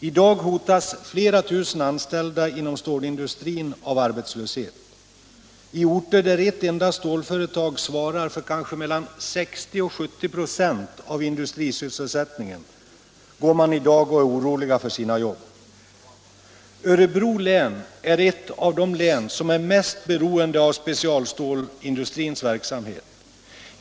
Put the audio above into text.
I dag hotas flera tusen anställda inom stålindustrin av arbetslöshet. I orter där ett enda stålföretag svarar för mellan 60 och 70 96 av industrisysselsättningen är människorna i dag oroliga för sina jobb. Örebro län är ett av de län som är mest beroende av specialstålindustrins verksamhet.